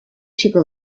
chico